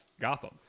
Gotham